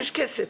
יש כסף